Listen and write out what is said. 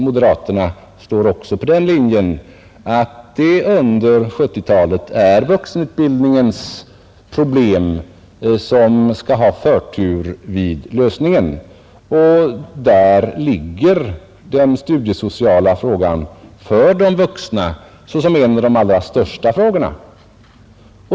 Moderaterna går också på den linjen att under 1970-talet vuxenutbildningens problem skall ha förtur, och där är den studiesociala frågan för de vuxna en av de allra största frågorna.